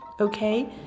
okay